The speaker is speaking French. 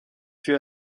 fut